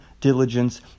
diligence